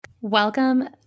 Welcome